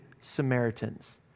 Samaritans